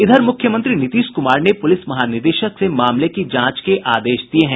इधर मुख्यमंत्री नीतीश कुमार ने पुलिस महानिदेशक से मामले की जांच के आदेश दिये हैं